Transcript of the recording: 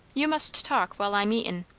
you must talk while i'm eatin'.